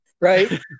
Right